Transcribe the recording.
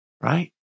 Right